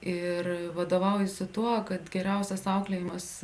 ir vadovaujuosi tuo kad geriausias auklėjimas